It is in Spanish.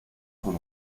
con